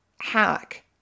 hack